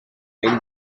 این